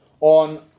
On